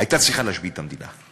הייתה צריכה להשבית את המדינה.